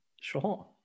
Sure